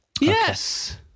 Yes